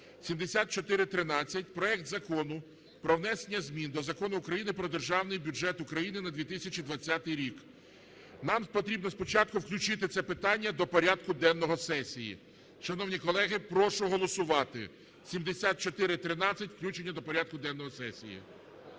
7413: проект Закону про внесення змін до Закону України "Про Державний бюджет України на 2022 рік". Нам потрібно спочатку включити це питання до порядку денного сесії. Шановні колеги, прошу голосувати 7413, включення до порядку денного сесії.